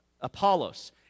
Apollos